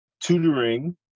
tutoring